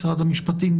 משרד המשפטים.